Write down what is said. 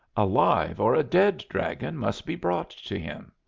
a live or a dead dragon must be brought to him.